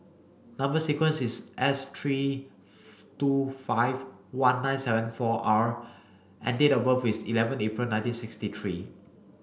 number sequence is S three two five one nine seven four R and date of birth is eleven April nineteen sixty three